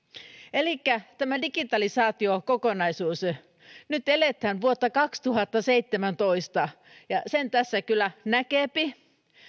tämä digitalisaatiokokonaisuus nyt eletään vuotta kaksituhattaseitsemäntoista ja sen tässä kyllä näkeepi